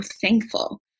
thankful